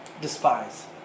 despise